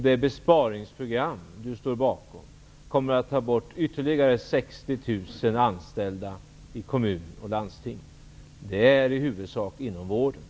Det besparingsprogram som Stefan Attefall står bakom kommer att innebära att ytterligare 60 000 anställda i kommun och landsting tas bort, i huvudsak inom vården.